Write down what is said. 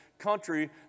country